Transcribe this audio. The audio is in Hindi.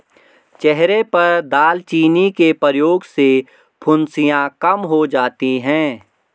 चेहरे पर दालचीनी के प्रयोग से फुंसियाँ कम हो जाती हैं